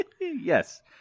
Yes